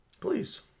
Please